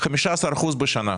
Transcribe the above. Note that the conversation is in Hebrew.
15% בשנה,